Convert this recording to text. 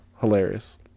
hilarious